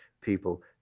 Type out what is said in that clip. people